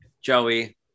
joey